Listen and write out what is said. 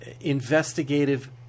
investigative